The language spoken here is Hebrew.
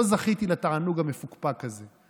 לא זכיתי לתענוג המפוקפק הזה.